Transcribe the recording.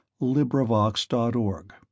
LibriVox.org